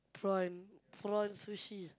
prawn prawn sushi